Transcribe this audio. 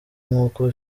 nk’uko